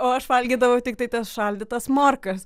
o aš valgydavau tiktai tas šaldytas morkas